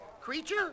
creature